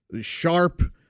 sharp